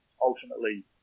ultimately